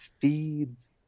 feeds